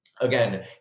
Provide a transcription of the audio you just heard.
Again